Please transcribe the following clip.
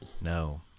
no